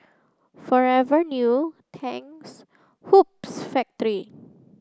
Forever New Tangs Hoops Factory